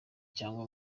cyangwa